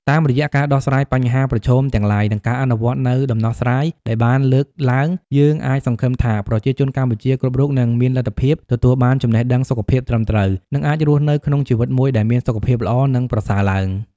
តាមរយៈការដោះស្រាយបញ្ហាប្រឈមទាំងឡាយ និងការអនុវត្តនូវដំណោះស្រាយដែលបានលើកឡើង យើងអាចសង្ឃឹមថាប្រជាជនកម្ពុជាគ្រប់រូបនឹងមានលទ្ធភាពទទួលបានចំណេះដឹងសុខភាពត្រឹមត្រូវ និងអាចរស់នៅក្នុងជីវិតមួយដែលមានសុខភាពល្អ និងប្រសើរឡើង។